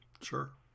Sure